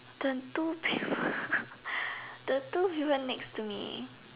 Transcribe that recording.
the two people the two people next to me